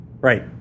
Right